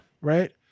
Right